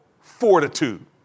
fortitude